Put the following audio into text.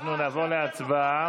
אנחנו נעבור להצבעה.